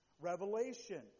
Revelation